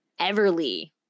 Everly